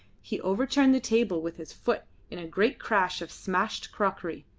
he overturned the table with his foot in a great crash of smashed crockery.